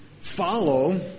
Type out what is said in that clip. follow